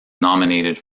nominated